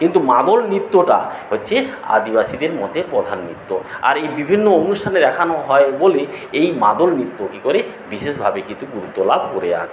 কিন্তু মাদল নৃত্যটা হচ্ছে আদিবাসীদের মধ্যে প্রধান নৃত্য আর এই বিভিন্ন অনুষ্ঠানে দেখানো হয় বলেই এই মাদল নৃত্য কী করে বিশেষভাবে কিন্তু গুরুত্ব লাভ করে আছে